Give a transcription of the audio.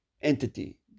entity